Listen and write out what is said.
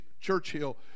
Churchill